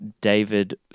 David